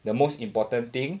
the most important thing